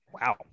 Wow